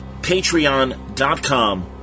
Patreon.com